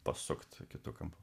pasukti kitu kampu